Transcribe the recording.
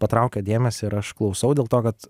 patraukia dėmesį ir aš klausau dėl to kad